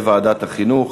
לוועדת החינוך.